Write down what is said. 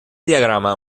diagrama